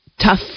tough